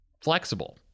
flexible